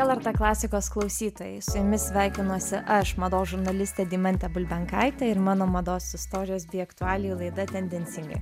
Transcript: lrt klasikos klausytojai su jumis sveikinuosi aš mados žurnalistė deimantė bulbenkaitė ir mano mados istorijos bei aktualijų laida tendencingai